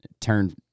turn—